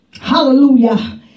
Hallelujah